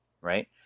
right